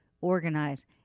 organize